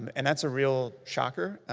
and that's a real shocker.